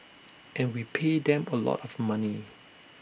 and we pay them A lot of money